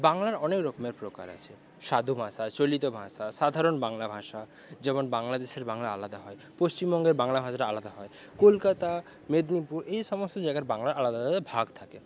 বাংলার অনেক রকমের প্রকার আছে সাধু ভাষা চলিত ভাষা সাধারণ বাংলা ভাষা যেমন বাংলাদেশের বাংলা আলাদা হয় পশ্চিমবঙ্গের বাংলা ভাষাটা আলাদা হয় কলকাতা মেদিনীপুর এইসমস্ত জায়গার বাংলার আলাদা আলাদা ভাগ থাকে